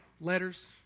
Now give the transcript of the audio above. letters